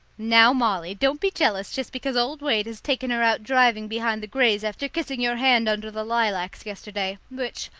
now, molly, don't be jealous just because old wade has taken her out driving behind the greys after kissing your hand under the lilacs yesterday, which,